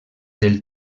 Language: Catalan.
del